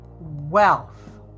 wealth